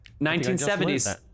1970s